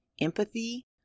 empathy